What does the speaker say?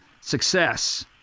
success